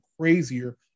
crazier